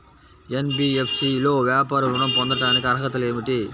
NBFC లో వ్యాపార ఋణం పొందటానికి అర్హతలు ఏమిటీ?